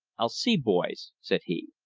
i'll see, boys, said he.